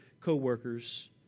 co-workers